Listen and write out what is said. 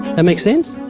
and make sense?